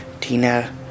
Tina